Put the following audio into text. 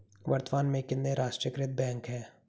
वर्तमान में कितने राष्ट्रीयकृत बैंक है?